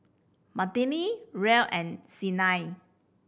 Madilynn Rhea and Sienna